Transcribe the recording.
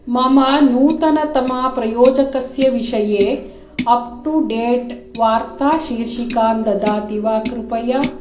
मम नूतनतमस्य प्रायोजकस्य विषये अप् टु डेट् वार्ताशीर्षकान् ददाति वा कृपया